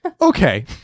Okay